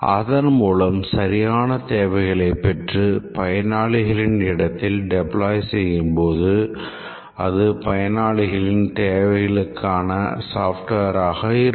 அதன்மூலம் சரியான தேவைகளை பெற்று பயனாளிகளின் இடத்தில் deploy செய்யும்போது அது பயனாளர்களின் தேவைக்கான software ஆக இருக்கும்